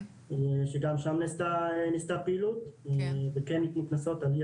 שגם שם נעשתה פעילות וכן ניתנו קנסות על אי